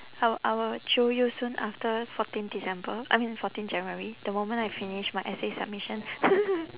I will I will jio you soon after fourteen december I mean fourteen january the moment I finish my essay submission